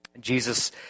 Jesus